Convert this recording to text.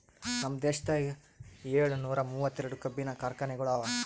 ನಮ್ ದೇಶದಾಗ್ ಏಳನೂರ ಮೂವತ್ತೆರಡು ಕಬ್ಬಿನ ಕಾರ್ಖಾನೆಗೊಳ್ ಅವಾ